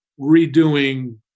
redoing